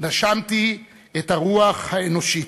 נשמתי את הרוח האנושית.